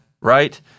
right